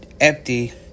empty